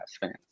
fans